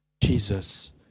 Jesus